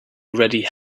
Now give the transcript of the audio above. already